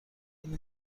این